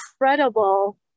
incredible